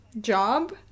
job